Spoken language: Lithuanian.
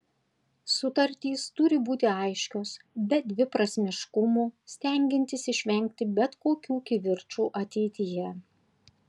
sutartys turi būti aiškios be dviprasmiškumų stengiantis išvengti bet kokių kivirčų ateityje